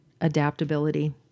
adaptability